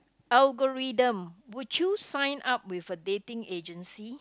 algorithm would you sign up with a dating agency